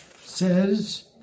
says